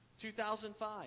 2005